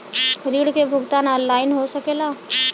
ऋण के भुगतान ऑनलाइन हो सकेला?